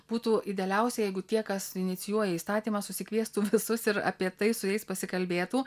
būtų idealiausia jeigu tie kas inicijuoja įstatymą susikviestų visus ir apie tai su jais pasikalbėtų